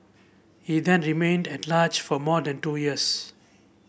he then remained at large for more than two years